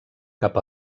cap